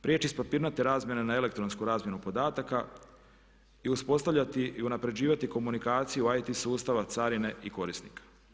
Prijeći s papirnate razmjene na elektronsku razmjenu podataka i uspostavljati i unaprjeđivati komunikaciju IT sustava carine i korisnika.